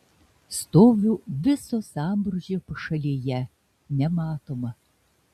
stoviu viso sambrūzdžio pašalėje nematoma